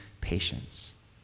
patience